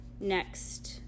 next